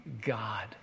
God